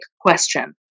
question